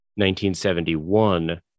1971